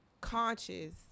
conscious